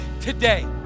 today